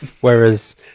whereas